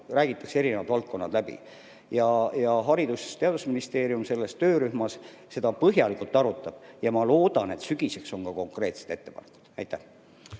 räägitakse erinevad valdkonnad läbi. Haridus‑ ja Teadusministeerium selles töörühmas seda põhjalikult arutab ja ma loodan, et sügiseks on olemas ka konkreetsed ettepanekud. Aitäh